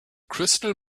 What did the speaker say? crystal